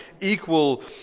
equal